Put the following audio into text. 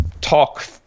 talk